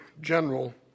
general